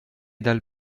dal